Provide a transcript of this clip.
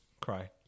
Cry